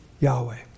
Yahweh